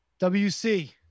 WC